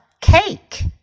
cake